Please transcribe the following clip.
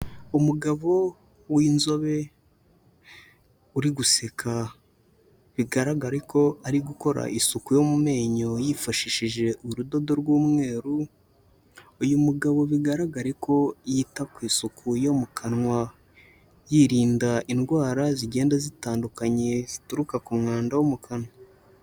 Umugabo w'inzobe uri guseka, bigaragare ko ari gukora isuku yo mu menyo yifashishije urudodo rw'umweru, uyu mugabo bigaragare ko yita ku isuku yo mu kanwa, yirinda indwara zigenda zitandukanye zituruka ku mwanda wo mu kanwa.